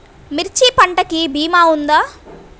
మిర్చి పంటకి భీమా ఉందా?